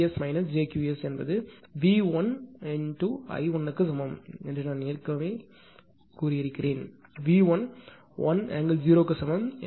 Ps jQs என்பது V1I1 க்கு சமம் என்று நான் ஏற்கனவே சொன்னேன் V1 1∠0 க்கு சமம்